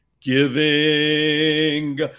Giving